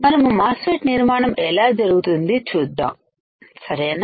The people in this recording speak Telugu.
మనం మాస్ ఫెట్ నిర్మాణం ఎలా జరుగుతుంది చూద్దాం సరేనా